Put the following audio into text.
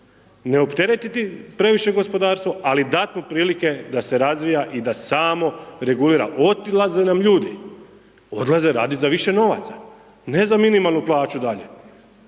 ne opteretiti previše gospodarstvo ali dat mu prilike da se razvija i da samo regulira, odlaze nam ljudi, odlaze radit za više novaca, ne za minimalnu plaću dalje,